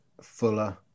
Fuller